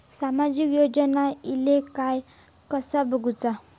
सामाजिक योजना इले काय कसा बघुचा?